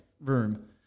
room